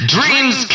Dreams